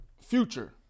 future